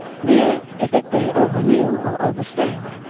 beer, if it be over-new or over-stale,